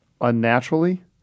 unnaturally